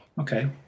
okay